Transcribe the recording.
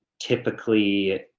typically